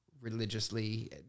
religiously